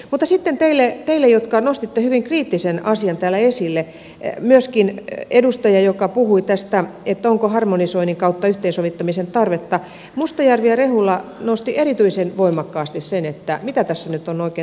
mutta sitten teille jotka nostitte hyvin kriittisen asian täällä esille myöskin edustaja joka puhui tästä että onko harmonisoinnin kautta yhteensovittamisen tarvetta ja mustajärvi ja rehula nostivat erityisen voimakkaasti sen mitä tässä nyt on oikein tapahtumassa